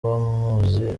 bamuzi